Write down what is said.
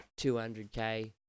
200K